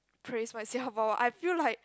trace what is say how about I feel like